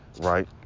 right